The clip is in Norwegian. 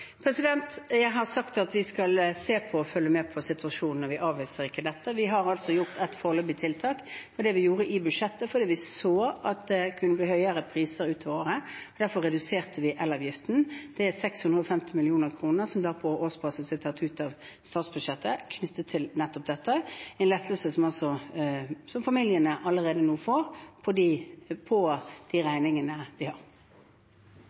Jeg har sagt at vi skal se på og følge med på situasjonen, og at vi ikke avviser dette. Vi har gjort et foreløpig tiltak. Det gjorde vi i budsjettet, fordi vi så at det kunne bli høyere priser i løpet av året. Derfor reduserte vi elavgiften. Det er 650 mill. kr, som på årsbasis er tatt ut av statsbudsjettet knyttet til nettopp dette. Det er en lettelse som familiene allerede nå får på de regningene de